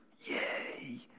yay